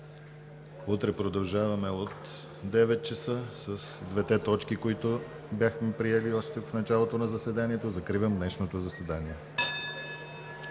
Утре продължаваме от 9,00 ч. с двете точки, които бяхме приели още в началото на заседанието. Закривам днешното заседание.